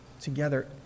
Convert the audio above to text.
together